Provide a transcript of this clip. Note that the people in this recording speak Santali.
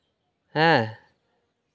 ᱦᱮᱸ